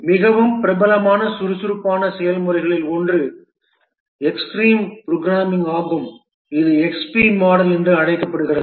மிகவும் பிரபலமான சுறுசுறுப்பான செயல்முறைகளில் ஒன்று எக்ஸ்ட்ரீம் புரோகிராமிங் ஆகும் இது XP மாடல் என்றும் அழைக்கப்படுகிறது